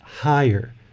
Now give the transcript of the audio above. higher